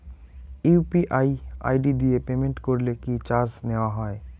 UPI ID দিয়ে payment করলে কি চার্জ নেয়া হয়?